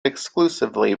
exclusively